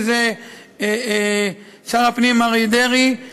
וילד בדרכם לפתח את המיומנויות ואת היכולות הגלומות